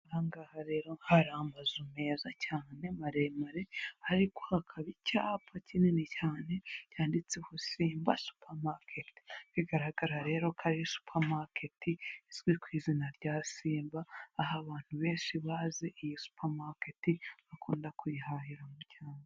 Aha ngaha rero hari amazu meza cyane maremare ariko hakaba icyapa kinini cyane cyanditseho simba supermarket bigaragara rero ko ari supermarket izwi ku izina rya simba, aha abantu benshi bazi iyi supermarket bakunda kuyihahiramo cyane.